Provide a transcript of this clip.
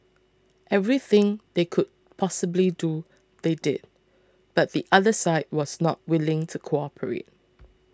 everything they could possibly do they did but the other side was not willing to cooperate